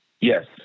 Yes